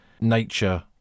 nature